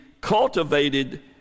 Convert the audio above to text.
cultivated